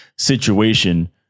Situation